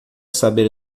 saber